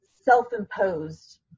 self-imposed